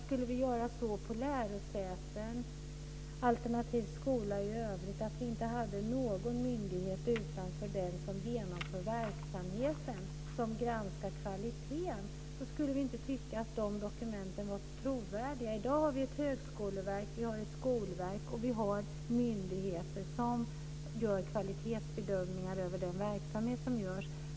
Om det vad gäller lärosäten alternativt skolor i övrigt inte fanns någon myndighet utanför den som genomför verksamheten som granskade kvaliteten, skulle vi inte tycka att dokumenten var så trovärdiga. I dag har vi ett högskoleverk, ett skolverk och andra myndigheter som gör kvalitetsbedömningar av den verksamhet som bedrivs.